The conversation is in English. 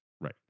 right